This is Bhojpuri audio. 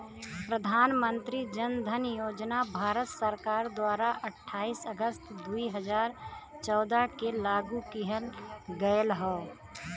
प्रधान मंत्री जन धन योजना भारत सरकार द्वारा अठाईस अगस्त दुई हजार चौदह के लागू किहल गयल हौ